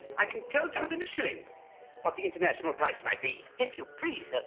i can tell to within a shilling what the international price might be. if you please, sir.